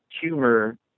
humor